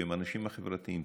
שהם האנשים החברתיים,